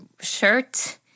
shirt